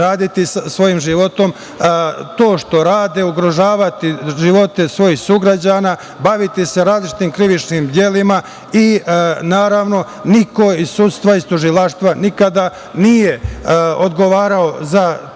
raditi sa svojim životom to što ugrožavaju živote svojih sugrađana, baviti se različitim krivičnim delima i naravno niko iz sudstva, iz tužilaštva nikada nije odgovarao za